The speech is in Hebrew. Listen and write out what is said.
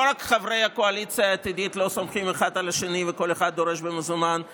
רק חברי הקואליציה העתידית לא סומכים אחד על השני וכל אחד דורש במזומן,